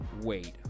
wait